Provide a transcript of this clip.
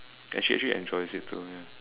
and she actually enjoys it too ya